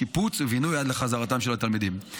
שיפוץ ובינוי עד חזרתם של התלמידים.